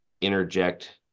interject